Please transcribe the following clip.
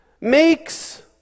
makes